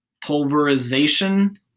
pulverization